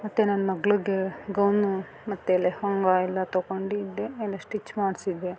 ಮತ್ತು ನನ್ನ ಮಗ್ಳಿಗೆ ಗೌನು ಮತ್ತು ಲೆಹಂಗಾ ಎಲ್ಲ ತಗೊಂಡಿದ್ದೆ ಎಲ್ಲ ಸ್ಟಿಚ್ ಮಾಡಿಸಿದ್ದೆ